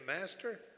Master